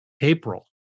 April